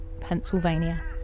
Pennsylvania